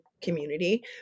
community